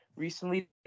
Recently